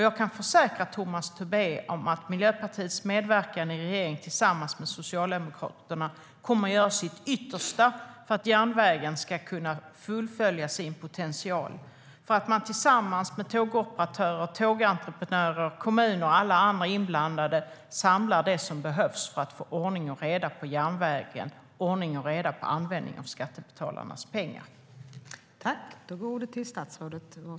Jag kan försäkra Tomas Tobé att Miljöpartiet genom sin medverkan i regeringen tillsammans med Socialdemokraterna kommer att göra sitt yttersta för att järnvägen ska kunna fullfölja sin potential. Tillsammans med tågoperatörer, tågentreprenörer, kommuner och alla andra inblandade ska man samla det som behövs för att få ordning och reda på järnvägen och ordning och reda på användningen av skattebetalarnas pengar.